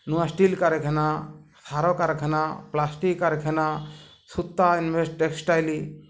ନୂଆ ଷ୍ଟିଲ୍ କାରଖାନା ସାର କାରଖାନା ପ୍ଲାଷ୍ଟିକ୍ କାରଖାନା ସୂତା ଇଭେଷ୍ଟ ଟେକ୍ସଟାଇଲ୍